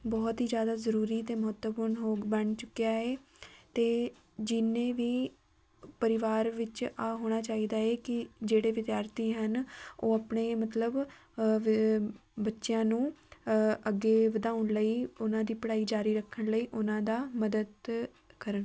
ਬਹੁਤ ਹੀ ਜ਼ਿਆਦਾ ਜ਼ਰੂਰੀ ਅਤੇ ਮਹੱਤਵਪੂਰਨ ਹੋ ਗ ਬਣ ਚੁੱਕਿਆ ਹੈ ਅਤੇ ਜਿੰਨੇ ਵੀ ਪਰਿਵਾਰ ਵਿੱਚ ਆਹ ਹੋਣਾ ਚਾਹੀਦਾ ਹੈ ਕਿ ਜਿਹੜੇ ਵਿਦਿਆਰਥੀ ਹਨ ਉਹ ਆਪਣੇ ਮਤਲਬ ਬ ਬੱਚਿਆਂ ਨੂੰ ਅੱਗੇ ਵਧਾਉਣ ਲਈ ਉਹਨਾਂ ਦੀ ਪੜ੍ਹਾਈ ਜਾਰੀ ਰੱਖਣ ਲਈ ਉਹਨਾਂ ਦਾ ਮਦਦ ਕਰਨ